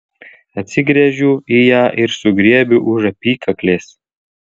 atsigręžiu į ją ir sugriebiu už apykaklės